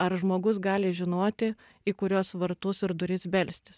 ar žmogus gali žinoti į kuriuos vartus ir duris belstis